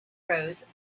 rose